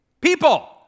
People